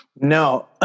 No